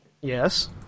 Yes